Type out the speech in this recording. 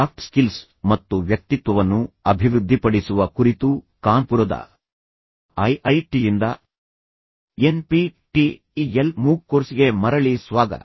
soft skills ಮತ್ತು ವ್ಯಕ್ತಿತ್ವವನ್ನು ಅಭಿವೃದ್ಧಿಪಡಿಸುವ ಕುರಿತು ಕಾನ್ಪುರದ ಐಐಟಿ ಯಿಂದ N P T E L MOOC ಕೋರ್ಸ್ಗೆ ಮರಳಿ ಸ್ವಾಗತ